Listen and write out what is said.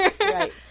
Right